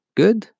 good